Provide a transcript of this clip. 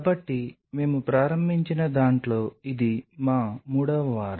కాబట్టి మేము ప్రారంభించిన దాంట్లో ఇది మా మూడవ వారం